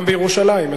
גם בירושלים.